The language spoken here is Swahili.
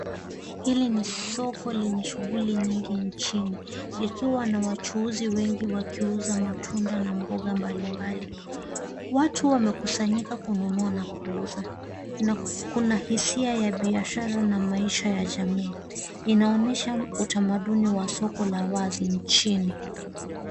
Hili ni soko lenye shughuli nyingi nchini, likiwa na wachuuzi wengi wakiuza matunda na mboga mbali mbali. Watu wamekusanyika kununua na kuuza, na kuna hisia ya biashara na maisha ya jamii. Inaonesha utamaduni wa soko la wazi nchini.